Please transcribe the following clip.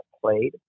played